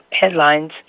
headlines